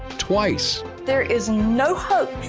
twice. there is no hope.